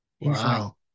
Wow